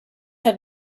had